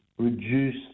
reduce